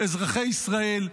אזרחי ישראל,